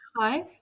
Hi